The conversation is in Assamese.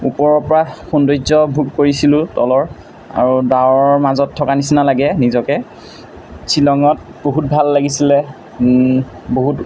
ওপৰৰ পৰা সৌন্দৰ্য ভোগ কৰিছিলোঁ তলৰ আৰু ডাৱৰ মাজত থকা নিচিনা লাগে নিজকে শ্বিলঙত বহুত ভাল লাগিছিলে বহুত